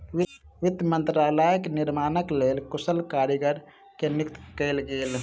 वित्त मंत्रालयक निर्माणक लेल कुशल कारीगर के नियुक्ति कयल गेल